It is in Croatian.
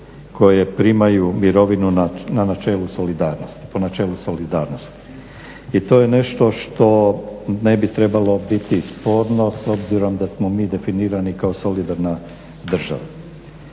koje primaju mirovinu po načelu solidarnosti. I to je nešto što ne bi trebalo biti sporno s obzirom da smo mi definirani kao solidarna država.